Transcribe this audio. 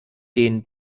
den